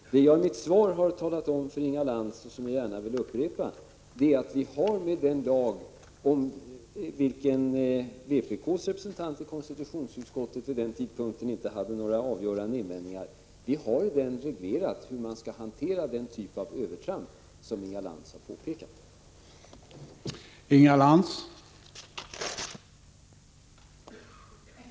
Det som jag i mitt svar har talat om för Inga Lantz — och som jag gärna vill upprepa — är att vi med den lag som finns, och som vpk:s representant i konstitutionsutskottet vid riksdagsbehandlingen inte hade några avgörande invändningar mot, har reglerat hur den typ av övertramp skall hanteras som Inga Lantz har pekat på.